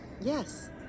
yes